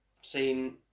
seen